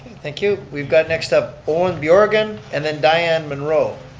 thank you. we've got next up owen bjorgan, and then dianne munro.